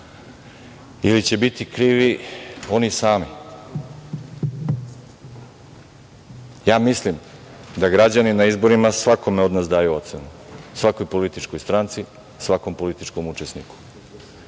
ili će biti krivi oni sami. Mislim da građani na izborima svakome od nas daju ocenu, svakoj političkoj stranci, svakom političkom učesniku